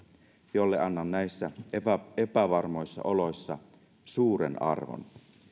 jolle annan näissä epävarmoissa oloissa suuren arvon